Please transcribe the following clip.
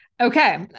Okay